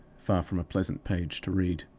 far from a pleasant page to read.